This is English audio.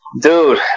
dude